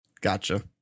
Gotcha